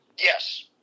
Yes